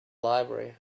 library